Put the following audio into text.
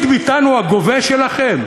דוד ביטן הוא הגובה שלכם?